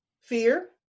fear